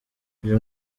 uyu